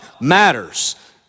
matters